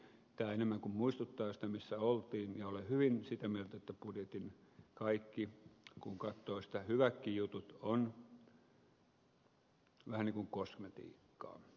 tämä enemmän kuin muistuttaa sitä missä oltiin ja olen sitä mieltä että budjetin kaikki kun katsoo sitä hyvätkin jutut ovat vähän niin kuin kosmetiikkaa